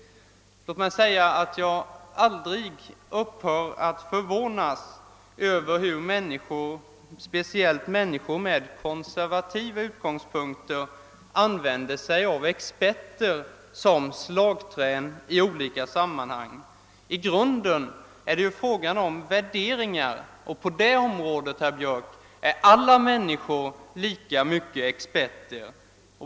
Låt mig säga att jag aldrig upphör att förvånas över hur människor — speciellt människor med konservativa utgångspunkter — använder sig av experter som slagträn i olika sammanhang. I grunden är det fråga om värderingar, och på det området, herr Björck, är alla människor lika mycket experter.